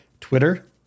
Twitter